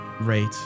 rate